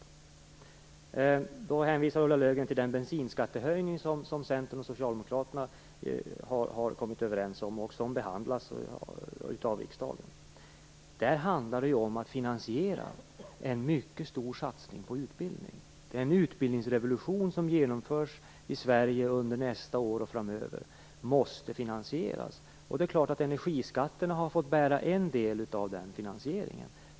Ulla Löfgren hänvisar till den bensinskattehöjning som Centern och Socialdemokraterna har kommit överens om och som behandlas av riksdagen. Där handlar det om att finansiera en mycket stor satsning på utbildning. Den utbildningsrevolution som genomförs i Sverige under nästa år och framöver måste finansieras. Det är klart att energiskatterna har fått bära en del av den finansieringen.